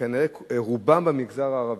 כנראה שרובם מהמגזר הערבי.